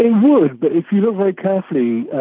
ah would, but if you look very carefully,